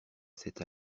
cette